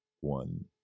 one